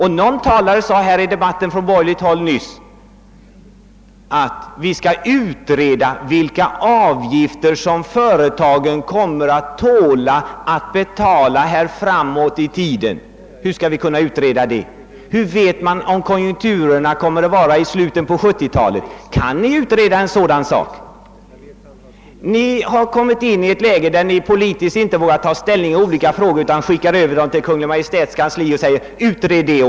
Herr Börjesson sade nyss, att vi borde utreda vilka avgifter som företagen kommer att tåla att betala framöver. Hur skall vi kunna utreda det? Vad vet man om hur konjunkturerna kommer att vara i slutet på 1970-talet? Kan ni utreda en sådan sak? Ni har kommit in i ett läge, där ni politiskt inte vågar ta ställning till de olika frågorna utan vill skicka över dem till Kungl. Maj:ts kansli för utredning.